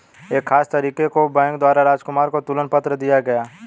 एक खास तारीख को बैंक द्वारा राजकुमार को तुलन पत्र दिया गया